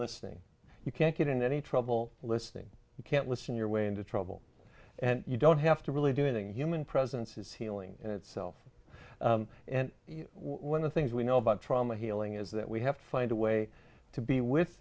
listening you can't get in any trouble listening you can't listen you're way into trouble and you don't have to really do anything human presence is healing itself and when the things we know about trauma healing is that we have to find a way to be with